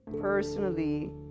personally